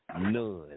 none